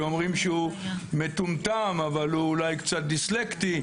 שאומרים שהוא מטומטם אבל אולי דיסלקטי,